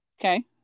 okay